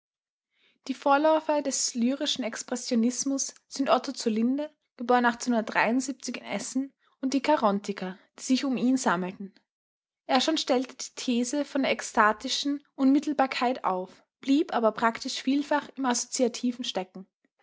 die vorläufer des lyrischen expressionismus sind otto zur linde in essen und die charontiker die sich um ihn sammelten er schon stellte die these von der ekstatischen unmittelbarkeit auf blieb aber praktisch im assoziativen stecken